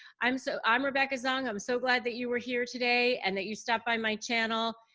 i'm so i'm rebecca zung. i'm so glad that you were here today and that you stopped by my channel.